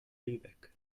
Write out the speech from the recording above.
lübeck